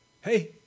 Hey